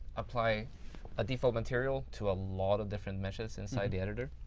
apply a default material to a lot of different meshes inside the editor.